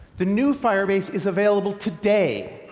the new firebase is available today